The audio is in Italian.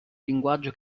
linguaggio